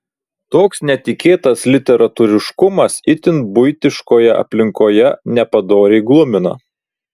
toks netikėtas literatūriškumas itin buitiškoje aplinkoje nepadoriai glumina